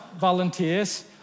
volunteers